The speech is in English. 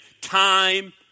Time